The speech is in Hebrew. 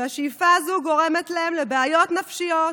השאיפה הזו גורמת להן לבעיות נפשיות,